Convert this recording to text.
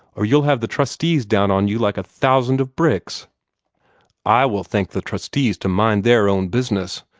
or you'll have the trustees down on you like a thousand of bricks i will thank the trustees to mind their own business,